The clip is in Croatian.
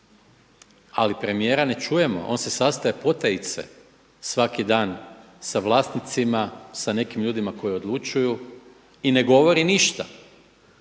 Ali premijera ne čujemo, on se sastaje potajice svaki dan sa vlasnicima, sa nekim ljudima koji odlučuju i ne govori ništa.